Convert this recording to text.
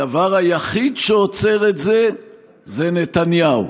הדבר היחיד שעוצר את זה זה נתניהו.